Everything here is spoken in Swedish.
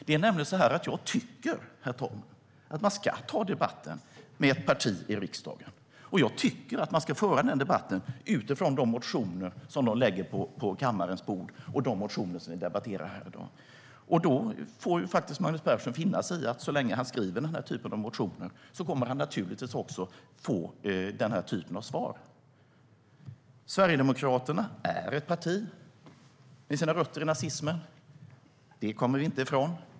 Jag tycker, herr talman, att man ska ta debatten med ett parti i riksdagen, och jag tycker att man ska föra den debatten utifrån de motioner som partiet lägger på riksdagens bord. Magnus Persson får finna sig i att så länge han skriver den här typen av motioner kommer han också att få den här typen av svar. Sverigedemokraterna är ett parti som har sina rötter i rasismen. Det kommer vi inte ifrån.